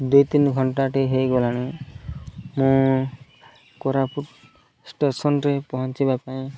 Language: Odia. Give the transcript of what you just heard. ଦୁଇ ତିନି ଘଣ୍ଟାଟେ ହେଇଗଲାଣି ମୁଁ କୋରାପୁଟ ଷ୍ଟେସନରେ ପହଞ୍ଚିବା ପାଇଁ